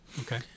Okay